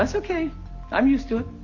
ah okay i'm used to it.